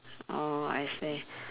oh I see